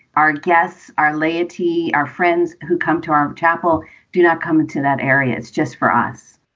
our guests are laity. our friends who come to our chapel do not come into that area is just for us.